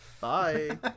Bye